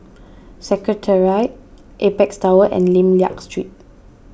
Secretariat Apex Tower and Lim Liak Street